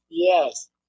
Yes